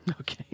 Okay